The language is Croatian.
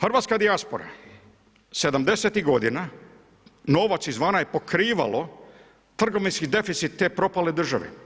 Hrvatska dijaspora sedamdesetih godina novac izvana je pokrivalo trgovinski deficit te propale države.